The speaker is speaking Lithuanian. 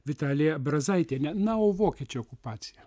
vitalija brazaitiene na o vokiečių okupacija